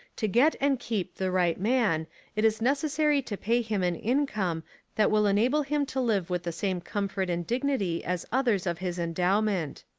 to get and keep the right man it is necessary to pay him an income that will enable him to live with the same comfort and dignity as others of his endowment.